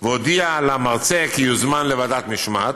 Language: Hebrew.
והודיעה למרצה כי יוזמן לוועדת משמעת.